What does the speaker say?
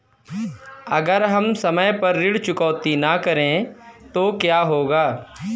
अगर हम समय पर ऋण चुकौती न करें तो क्या होगा?